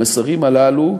המסרים הללו,